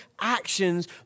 actions